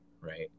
right